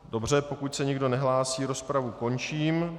Dobře, pokud se nikdo nehlásí, rozpravu končím.